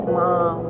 mom